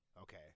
Okay